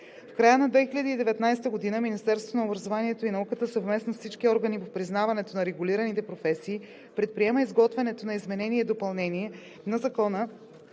В края на 2019 г. Министерството на образованието и науката съвместно с всички органи по признаването на регулираните професии предприема изготвянето на изменение и допълнение на Закона